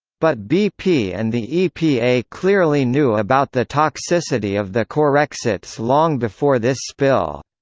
but bp and the epa clearly knew about the toxicity of the corexit long before this spill.